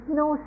no